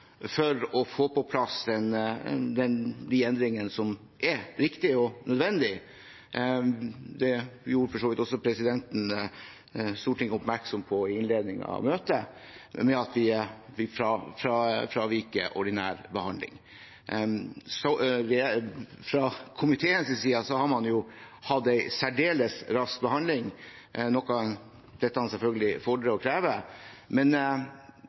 for å få på plass disse endringene, som er riktige og nødvendige, og det gjorde for så vidt også presidenten Stortinget oppmerksom på i innledningen av møtet, med at vi fraviker ordinær behandling. Fra komiteens side har man hatt en særdeles rask behandling, noe dette selvfølgelig fordrer og krever, men